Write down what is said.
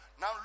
Now